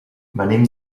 venim